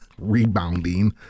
Rebounding